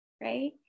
right